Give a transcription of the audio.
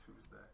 Tuesday